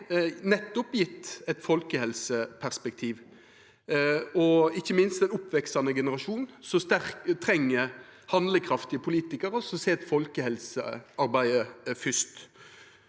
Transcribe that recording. nettopp gitt eit folkehelseperspektiv og ikkje minst at den oppveksande generasjonen så sterkt treng handlekraftige politikarar som set folkehelsearbeidet fyrst.